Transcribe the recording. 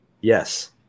Yes